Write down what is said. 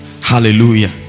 Hallelujah